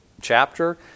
chapter